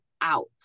out